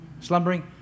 slumbering